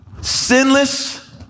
sinless